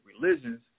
religions